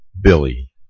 Billy